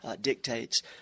dictates